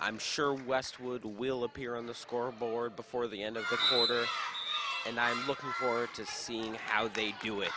i'm sure westwood will appear on the scoreboard before the end of the order and i'm looking forward to seeing how they do it